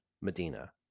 Medina